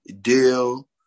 Deal